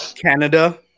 Canada